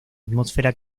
atmósfera